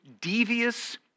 devious